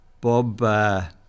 Bob